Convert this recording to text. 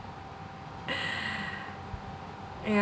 ya